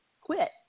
quit